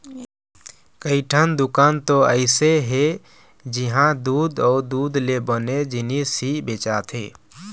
कइठन दुकान तो अइसे हे जिंहा दूद अउ दूद ले बने जिनिस ही बेचाथे